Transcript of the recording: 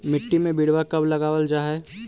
मिट्टी में बिरवा कब लगावल जा हई?